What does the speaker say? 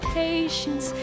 patience